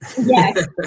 Yes